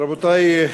רבותי,